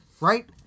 Right